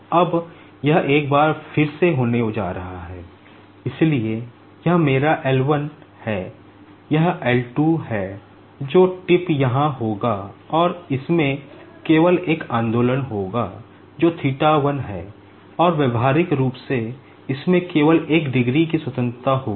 अब यह एक बार फिर से होने जा रहा है इसलिए यह मेरा L 1 है यह L 2 है जो टिप यहां होगा और इसमें केवल एक आंदोलन होगा जो थीटा 1 है और व्यावहारिक रूप से इसमें केवल एक डिग्री की स्वतंत्रता होगी